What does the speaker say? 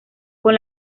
con